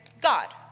God